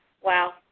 Wow